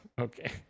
okay